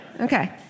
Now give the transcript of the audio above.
Okay